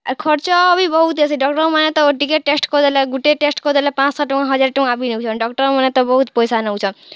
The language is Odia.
ଆରୁ ଖର୍ଚ୍ଚ ବି ବୋହୁତ୍ ହେସି ଡକ୍ଟର୍ମାନେ ତ ଟିକେ ଟେଷ୍ଟ୍ କରିଦେଲେ ଗୁଟେ ଟେଷ୍ଟ୍ କରିଦେଲେ ପାଂଶ ଟଙ୍କା ହଜାରେ ଟଙ୍କା ବି ନୋଉଚନ୍ ଡକ୍ଟର୍ମାନେ ତ ବୋହୁତ୍ ପଏସା ନୋଉଚନ୍